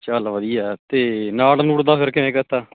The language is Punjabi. ਚੱਲ ਵਧੀਆ ਅਤੇ ਨਾਟ ਨੂਟ ਦਾ ਫਿਰ ਕਿਵੇਂ ਕੀਤਾ